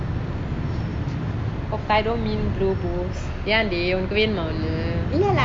hokkaido mint blue boost உனக்கு வேணுமா ஒன்னு:unnaku venuma onnu